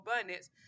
abundance